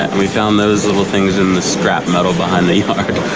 we found those little things in the scrap metal behind the